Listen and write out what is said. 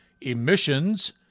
emissions